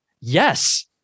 yes